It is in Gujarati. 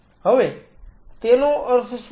હવે તેનો અર્થ શું છે